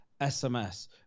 SMS